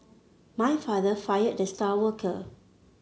my father fired the star worker